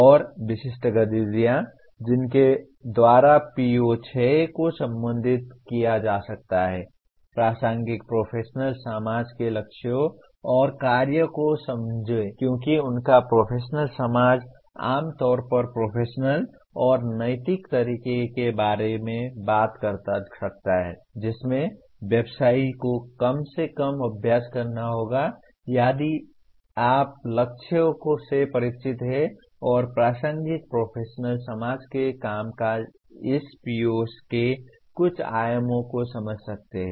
और विशिष्ट गतिविधियां जिनके द्वारा PO6 को संबोधित किया जा सकता है प्रासंगिक प्रोफेशनल समाज के लक्ष्यों और कार्य को समझें क्योंकि उनका प्रोफेशनल समाज आम तौर पर प्रोफेशनल और नैतिक तरीके के बारे में बात कर सकता है जिसमें व्यवसायी को कम से कम अभ्यास करना होगा यदि आप लक्ष्यों से परिचित हैं और प्रासंगिक प्रोफेशनल समाज के कामकाज इस PO के कुछ आयामों को समझ सकते हैं